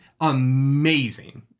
amazing